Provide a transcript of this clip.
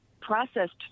processed